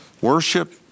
Worship